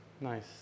Nice